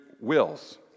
wills